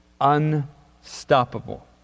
unstoppable